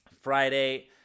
friday